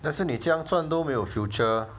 但是是你这样赚都没有 future